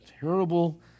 terrible